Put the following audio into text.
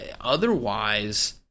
Otherwise